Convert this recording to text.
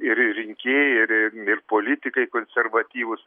ir rinkėjai ir ir ir politikai konservatyvūs